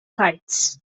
kites